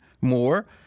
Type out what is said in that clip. more